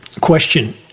Question